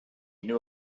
knew